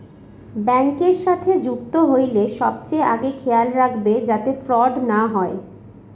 ব্যাঙ্কের সাথে যুক্ত হইলে সবচেয়ে আগে খেয়াল রাখবে যাতে ফ্রড না হয়